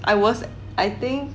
I was I think